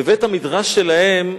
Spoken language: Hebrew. בבית-המדרש שלהם,